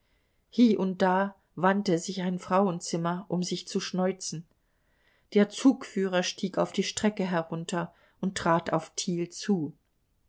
hie und da wandte sich ein frauenzimmer um sich zu schneuzen der zugführer stieg auf die strecke herunter und trat auf thiel zu